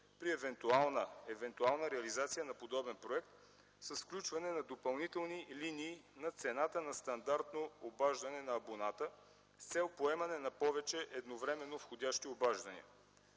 при евентуална реализация на подобен проект с включване на допълнителни линии на цената на стандартно обаждане на абоната с цел поемане на повече едновременно входящи обаждания.